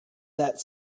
that